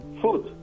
food